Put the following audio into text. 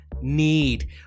Need